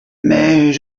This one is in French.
mais